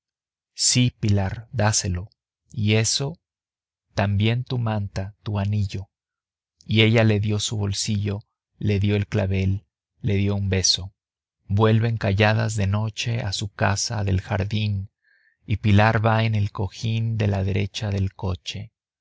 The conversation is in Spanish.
sí pilar dáselo y eso también tu manta tu anillo y ella le dio su bolsillo le dio el clavel le dio un beso vuelven calladas de noche a su casa del jardín y pilar va en el cojín de la derecha del coche